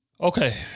Okay